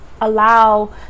allow